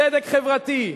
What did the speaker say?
צדק חברתי.